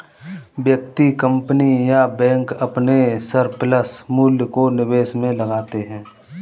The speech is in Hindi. व्यक्ति, कंपनी या बैंक अपने सरप्लस मूल्य को निवेश में लगाते हैं